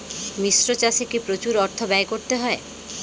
মিশ্র চাষে কি প্রচুর অর্থ ব্যয় করতে হয়?